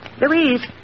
Louise